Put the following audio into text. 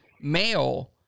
male